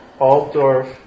Altdorf